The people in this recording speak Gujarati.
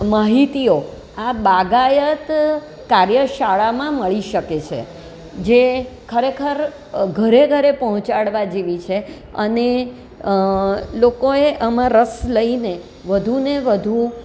માહિતીઓ આ બાગાયત કાર્યશાળામાં મળી શકે છે જે ખરેખર ઘરે ઘરે પહોંચાડવા જેવી છે અને લોકોએ આમાં રસ લઈને વધુને વધુ